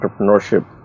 entrepreneurship